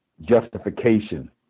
justification